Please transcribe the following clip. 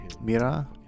Mira